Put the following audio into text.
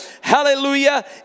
Hallelujah